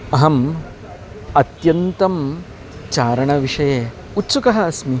अहम् अत्यन्तं चारणविषये उत्सुकः अस्मि